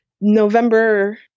november